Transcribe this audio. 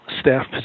staff